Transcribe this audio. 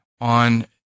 on